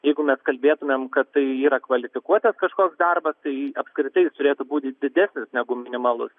jeigu mes kalbėtumėm kad tai yra kvalifikuotas kažkoks darbas tai apskritai jis turėtų būti didesnis negu minimalus